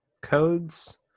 codes